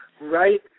right